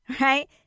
right